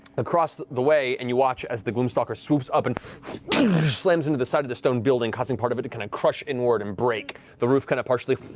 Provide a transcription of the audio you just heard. across the the way, and you watch as the gloom stalker swoops up and slams into the side of the stone building, causing part of it to kind of crush inward and break. the roof kind of partially